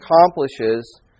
accomplishes